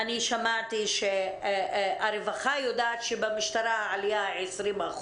אני שמעתי שהרווחה יודעת שבמשטרה העלייה היא 20%,